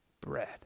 bread